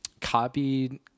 copied